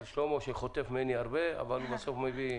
שלמה שחוטף ממני הרבה אבל הוא בסוף מביא